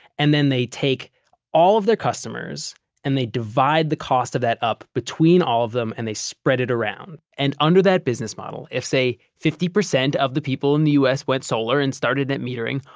and then they take all of their customers and they divide the cost of that up between all of them and they spread it around and under that business model, if say fifty percent of the people in the us went solar and started net metering,